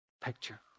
picture